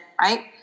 right